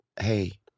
hey